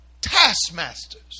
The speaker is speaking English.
taskmasters